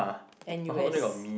N U_S